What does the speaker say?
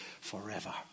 forever